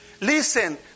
listen